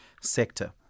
sector